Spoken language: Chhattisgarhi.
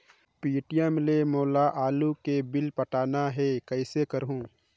पे.टी.एम ले मोला आलू के बिल पटाना हे, कइसे करहुँ?